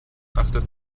achtet